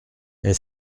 est